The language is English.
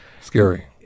Scary